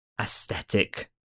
aesthetic